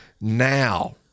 now